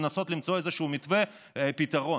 לנסות למצוא מתווה לפתרון.